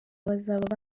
bazaba